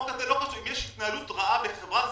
אם יש התנהלות רעה בחברה ספציפית,